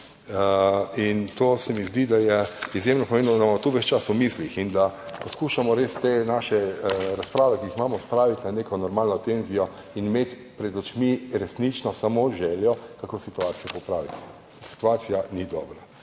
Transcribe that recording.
Zdi se mi, da je izjemno pomembno, da imamo to ves čas v mislih in da poskušamo res te svoje razprave, ki jih imamo, spraviti na neko normalno tenzijo in imeti pred očmi resnično samo željo, kako situacijo popraviti. Situacija ni dobra.